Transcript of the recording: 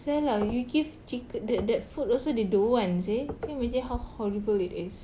!siala! you give chick~ that that food also they don't want seh can you imagine how horrible it is